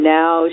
now